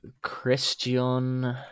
Christian